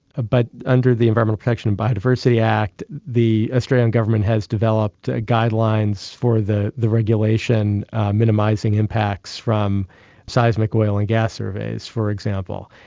but under the environmental protection and biodiversity act the australian government has developed ah guidelines for the the regulation minimising impacts from seismic oil and gas surveys, for example.